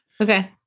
Okay